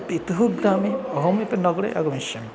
पितुः ग्रामे अहमिपि नगरे आगमिष्यामि